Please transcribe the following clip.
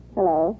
Hello